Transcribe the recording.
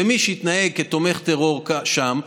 ומי שיתנהג כתומך טרור שם,